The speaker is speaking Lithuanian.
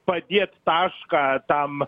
padėt tašką tam